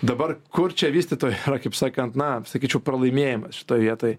dabar kur čia vystytojui kaip sakant na sakyčiau pralaimėjimas šitoj vietoj